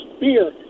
beer